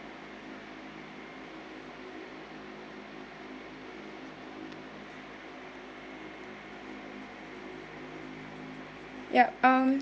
yup um